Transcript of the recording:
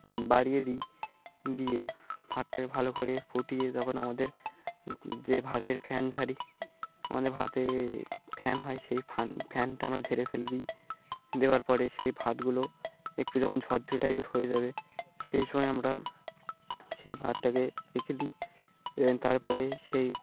বাড়িয়ে দিই দিয়ে ভাতটাকে ভালো করে ফুটিয়ে তখন আমাদের যে ভাতের ফ্যান ছাড়ি আমাদের ভতে ফ্যান হয় সেই ফান ফ্যানটা আমরা ঝেড়ে ফেলে দিই দেওয়ার পরে সেই ভাতগুলো একটু যখন ঝড় ঝড়ে টাইপের হয়ে যাবে সেই সময় আমরা সেই ভাতটাকে রেখে দিই এবং তারপরে সেই